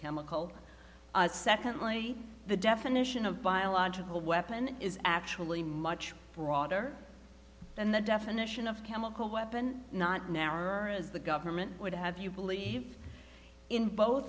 chemical secondly the definition of biological weapon is actually much broader than the definition of chemical weapon not now or as the government would have you believe in both